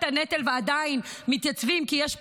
הנטל ועדיין מתייצבים כי יש פקודה,